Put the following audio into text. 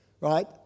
right